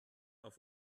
auf